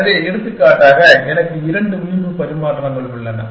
எனவே எடுத்துக்காட்டாக எனக்கு இரண்டு விளிம்பு பரிமாற்றங்கள் உள்ளன